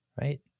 Right